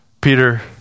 Peter